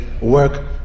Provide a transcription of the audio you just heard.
work